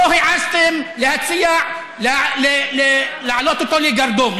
לא העזתם להציע להעלות אותו לגרדום,